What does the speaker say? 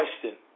question